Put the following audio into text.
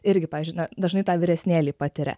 irgi pavyzdžiui na dažnai tą vyresnėliai patiria